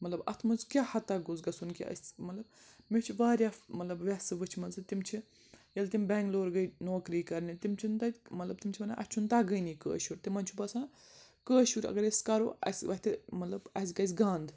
مطلب اَتھ منٛز کیٛاہ ہَتکھ گوٚژھ گژھُن کہِ اَسہِ مطلب مےٚ چھِ وارِیاہ مطلب وٮ۪سہٕ وٕچھمٕژ تِم چھِ ییٚلہِ تِم بٮ۪نٛگلور گٔے نوکری کَرنہِ تِم چھِنہٕ تَتہِ مطلب تِم چھِ وَنان اَسہِ چھُنہٕ تَگٲنی کٲشُر تِمَن چھُ باسان کٲشُر اَگَر أسۍ کَرو اَسہِ وَتھِ مطلب اَسہِ گژھِ گنٛد